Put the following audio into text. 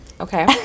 Okay